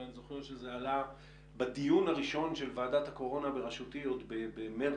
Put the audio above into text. ואני זוכר שזה עלה בדיון הראשון של ועדת הקורונה בראשותי עוד בחודש מרץ,